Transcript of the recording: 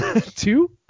Two